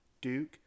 Duke